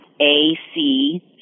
A-C